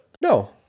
No